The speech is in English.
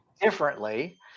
differently